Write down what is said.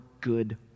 good